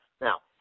Now